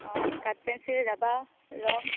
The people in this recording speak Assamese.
অঁ কাঠ পেঞ্চিল ৰাবাৰ ৰং